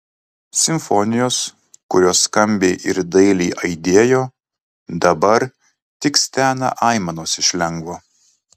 simfonijos kurios skambiai ir dailiai aidėjo dabar tik stena aimanos iš lengvo